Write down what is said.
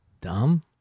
dumb